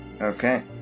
okay